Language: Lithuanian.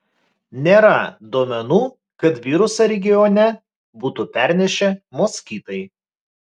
nėra duomenų kad virusą regione būtų pernešę moskitai